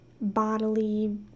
bodily